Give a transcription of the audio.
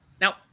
Now